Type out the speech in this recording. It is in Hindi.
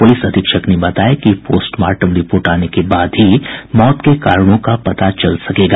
पुलिस अधीक्षक ने बताया कि पोस्टमार्टम रिपोर्ट आने के बाद ही मौत के कारणों का पता चल सकेगा